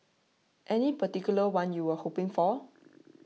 any particular one you were hoping for